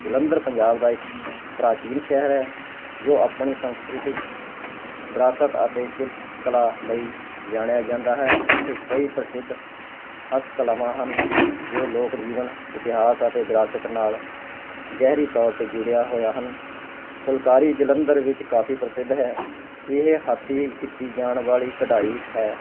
ਜਲੰਧਰ ਪੰਜਾਬ ਦਾ ਇੱਕ ਪ੍ਰਾਚੀਨ ਸ਼ਹਿਰ ਹੈ ਜੋ ਆਪਣੀ ਸੰਸਕ੍ਰਿਤਿਕ ਵਿਰਾਸਤ ਅਤੇ ਸ਼ਿਲਪਕਲਾ ਲਈ ਜਾਣਿਆ ਜਾਂਦਾ ਹੈ ਇੱਥੇ ਕਈ ਪ੍ਰਸਿੱਧ ਹਸਤ ਕਲਾਵਾਂ ਹਨ ਜੋ ਲੋਕ ਜੀਵਨ ਇਤਿਹਾਸ ਅਤੇ ਵਿਰਾਸਤ ਨਾਲ ਗਹਿਰੀ ਤੌਰ 'ਤੇ ਜੁੜਿਆ ਹੋਇਆ ਹਨ ਫੁਲਕਾਰੀ ਜਲੰਧਰ ਵਿੱਚ ਕਾਫ਼ੀ ਪ੍ਰਸਿੱਧ ਹੈ ਇਹ ਹੱਥੀਂ ਕੀਤੀ ਜਾਣ ਵਾਲੀ ਕਢਾਈ ਹੈ